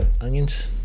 onions